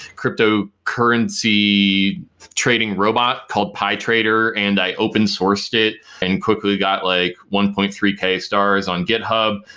crypto currency trading robot called pie trader and i open sourced it and quickly got like one point three k stars on github,